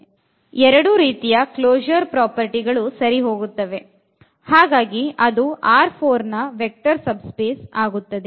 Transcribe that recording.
ಹಾಗಾಗಿ ಎರಡು ರೀತಿಯ ಕ್ಲೊಶೂರ್ ಪ್ರಾಪರ್ಟಿ ಗಳು ಸರಿ ಹೋಗುತ್ತವೆ ಹಾಗಾಗಿ ಅದು ನ ವೆಕ್ಟರ್ ಸಬ್ ಸಬ್ ಸ್ಪೇಸ್ ಆಗುತ್ತದೆ